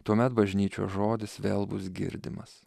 tuomet bažnyčios žodis vėl bus girdimas